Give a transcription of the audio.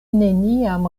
neniam